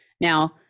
Now